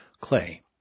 Clay